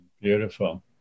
Beautiful